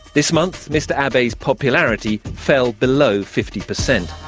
this month mr abe's popularity fell below fifty percent.